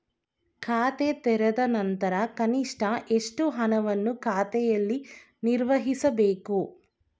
ಖಾತೆ ತೆರೆದ ನಂತರ ಕನಿಷ್ಠ ಎಷ್ಟು ಹಣವನ್ನು ಖಾತೆಯಲ್ಲಿ ನಿರ್ವಹಿಸಬೇಕು?